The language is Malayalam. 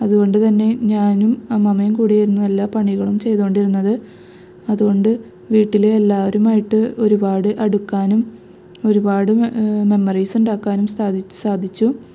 അതുകൊണ്ട് തന്നെ ഞാനും അമ്മാമ്മയും കൂടെയായിരുന്നു എല്ലാ പണികളും ചെയ്തോണ്ടിരുന്നത് അതുകൊണ്ട് വീട്ടിൽ എല്ലാവരും ആയിട്ട് ഒരുപാട് അടുക്കാനും ഒരുപാട് മെമ്മറീസ്സുണ്ടാക്കാനും സാധി സാധിച്ചു